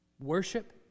Worship